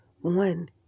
one